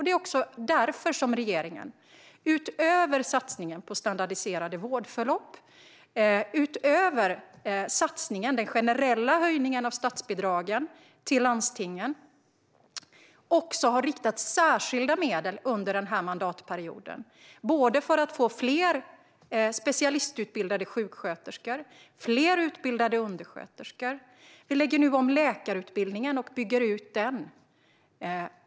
Det är också därför som regeringen - utöver satsningen på standardiserade vårdförlopp och den generella höjningen av statsbidragen till landstingen - under den här mandatperioden har riktat särskilda medel för att få fler specialistutbildade sjuksköterskor och fler utbildade undersköterskor. Vi lägger nu även om läkarutbildningen och bygger ut den.